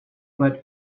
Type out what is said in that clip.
but